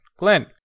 Glenn